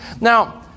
Now